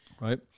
Right